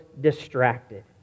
distracted